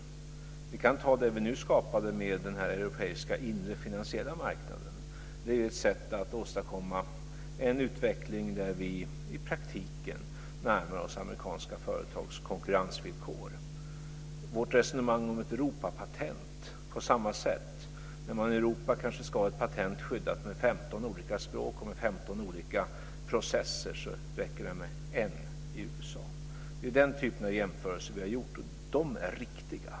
Låt oss ta det vi nu skapade, den europeiska inre finansiella marknaden. Det är ett sätt att åstadkomma en utveckling där vi i praktiken närmar oss amerikanska företags konkurrensvillkor. När det gäller vårt resonemang om ett Europapatent är det på samma sätt. När man i Europa kanske ska ha ett patent skyddat med 15 olika språk och med 15 olika processer räcker det med en i USA. Det är den typen av jämförelser vi har gjort, och de är riktiga.